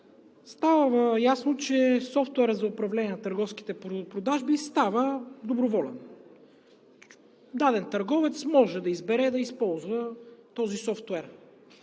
става ясно, че софтуерът за управление на търговските продажби става доброволен – даден търговец може да избере да използва този софтуер.